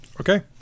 Okay